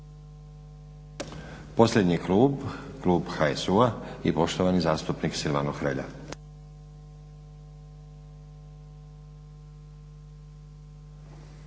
Posljednji klub, Klub HSU-a i poštovani zastupnik Silvano Hrelja.